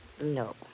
No